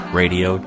radio